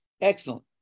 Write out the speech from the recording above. Excellent